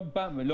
לא, פעם ביומיים.